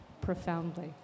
profoundly